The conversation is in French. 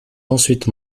ensuite